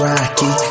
Rocky